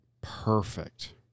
Perfect